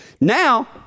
Now